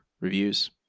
reviews